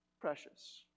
precious